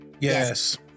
Yes